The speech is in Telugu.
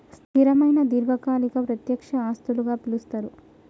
స్థిరమైన దీర్ఘకాలిక ప్రత్యక్ష ఆస్తులుగా పిలుస్తరు